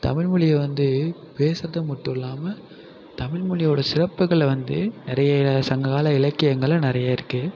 தமிழ் மொழிய வந்து பேசுகிறது மட்டும் இல்லாமல் தமிழ் மொழியோட சிறப்புகளை வந்து நிறைய சங்ககால இலக்கியங்களில் நிறைய இருக்குது